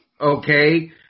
Okay